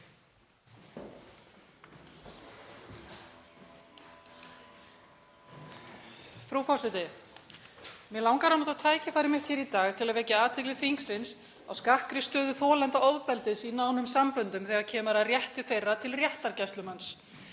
Frú forseti. Mig langar að nota tækifærið hér í dag til að vekja athygli þingsins á skakkri stöðu þolenda ofbeldis í nánum samböndum þegar kemur að rétti þeirra til réttargæslumanns.